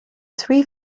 three